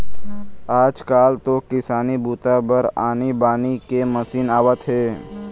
आजकाल तो किसानी बूता बर आनी बानी के मसीन आवत हे